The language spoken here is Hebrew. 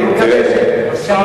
אני מקווה שנוכל,